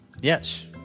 Yes